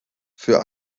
für